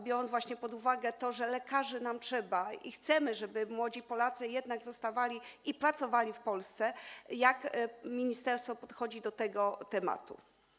Biorąc pod uwagę to, że trzeba nam lekarzy i chcemy, żeby młodzi Polacy jednak zostawali i pracowali w Polsce, jak ministerstwo podchodzi do tego tematu?